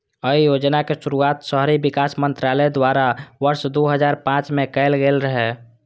अय योजनाक शुरुआत शहरी विकास मंत्रालय द्वारा वर्ष दू हजार पांच मे कैल गेल रहै